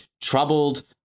troubled